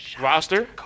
roster